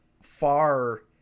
Far